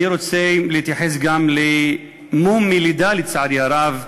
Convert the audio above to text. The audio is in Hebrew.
שאני רוצה להתייחס גם למום מלידה, לצערי הרב,